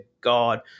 God